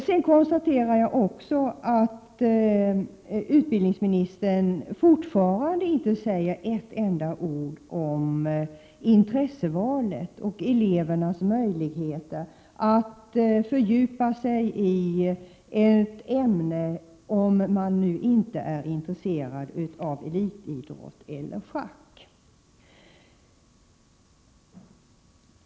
Jag konstaterar också att utbildningsministern fortfarande inte säger ett enda ord om intressevalet och elevernas möjligheter att fördjupa sig i ett ämne om de inte är intresserade av elitidrott eller schack.